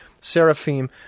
Seraphim